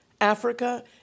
Africa